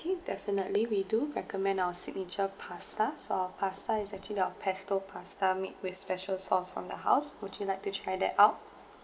okay definitely we do recommend our signature pasta so our pasta is actually our pesto pasta made with special sauce from the house would you like to try that out